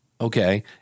Okay